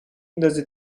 ندازه